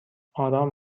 آرام